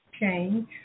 change